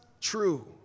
true